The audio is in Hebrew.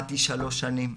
שירתי שלוש שנים.